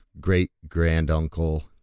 great-grand-uncle